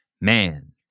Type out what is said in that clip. man